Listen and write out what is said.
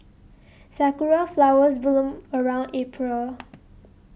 sakura flowers bloom around April